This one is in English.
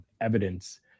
evidence